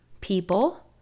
people